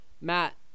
Matt